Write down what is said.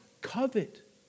covet